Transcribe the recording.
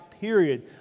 period